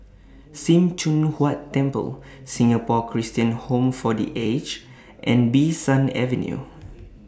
SIM Choon Huat Temple Singapore Christian Home For The Aged and Bee San Avenue